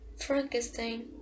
Frankenstein